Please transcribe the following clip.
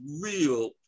real